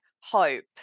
hope